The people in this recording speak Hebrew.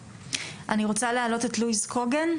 אני רוצה להעלות את לואיס קוגן.